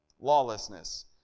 Lawlessness